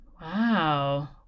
Wow